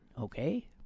Okay